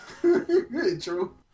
True